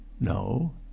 No